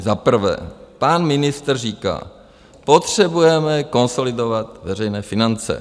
Za prvé pan ministr říká: Potřebujeme konsolidovat veřejné finance.